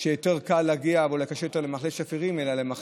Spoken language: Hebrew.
יותר קל להגיע למחלף מודיעין.